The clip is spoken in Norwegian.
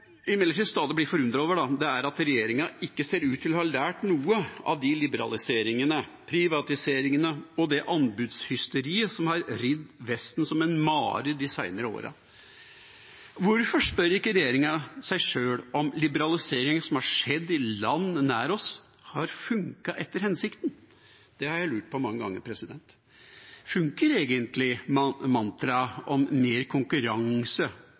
at regjeringa ikke ser ut til å ha lært noe av de liberaliseringene, privatiseringene og det anbudshysteriet som har ridd Vesten som en mare de seinere åra. Hvorfor spør ikke regjeringa seg sjøl om liberalisering som har skjedd i land nær oss, har funket etter hensikten? Det har jeg lurt på mange ganger. Fører egentlig mantraet om mer konkurranse